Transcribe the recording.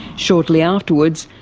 shortly afterwards,